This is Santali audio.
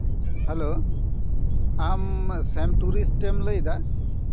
ᱦᱮᱞᱳ ᱟᱢ ᱥᱮᱢ ᱴᱩᱨᱤᱥᱴ ᱮᱢ ᱞᱟᱹᱭᱫᱟ